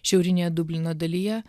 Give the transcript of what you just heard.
šiaurinėje dublino dalyje